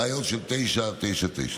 ברעיון של תשע, תשע, תשע.